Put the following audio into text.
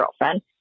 girlfriend